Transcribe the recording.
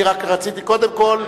אני רק רציתי קודם כול,